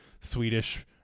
Swedish